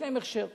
ויש להם הכשר.